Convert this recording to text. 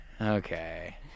Okay